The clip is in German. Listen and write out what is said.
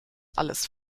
alles